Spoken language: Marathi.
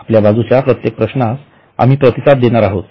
आपल्या बाजूच्या प्रत्येक प्रश्नास आम्ही प्रतिसाद देणार आहोत